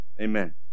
Amen